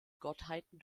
gottheiten